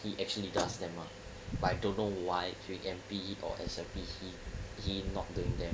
he actually does them ah but I don't know why during M_P or S_I_P he he not doing that